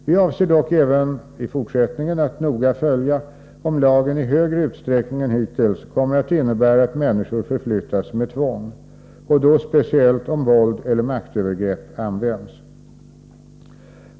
Vi avser dock att även i fortsättningen noga följa om lagen i större utsträckning än hittills kommer att innebära att människor förflyttas med tvång — och då speciellt om våld eller maktövergrepp används.